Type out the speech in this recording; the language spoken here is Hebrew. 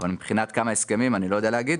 מבחינת כמה הסכמים, אני לא יודע להגיד.